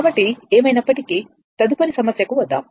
కాబట్టి ఏమైనప్పటికీ తదుపరి సమస్యకు వద్దాం